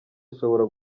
ashobora